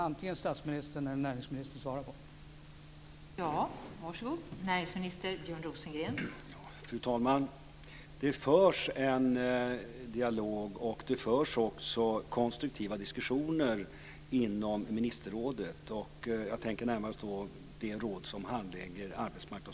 Antingen statsministern eller näringsministern kan svara på frågan.